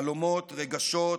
חלומות, רגשות,